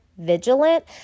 vigilant